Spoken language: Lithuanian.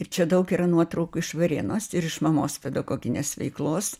ir čia daug yra nuotraukų iš varėnos ir iš mamos pedagoginės veiklos